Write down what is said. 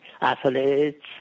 athletes